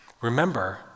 Remember